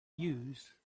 used